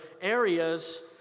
areas